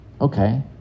Okay